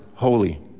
Holy